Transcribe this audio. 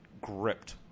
gripped